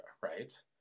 right